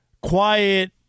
quiet